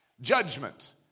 Judgment